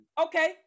okay